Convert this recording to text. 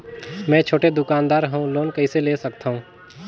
मे छोटे दुकानदार हवं लोन कइसे ले सकथव?